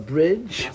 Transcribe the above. Bridge